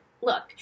look